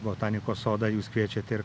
botanikos sodą jūs kviečiat ir